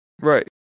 Right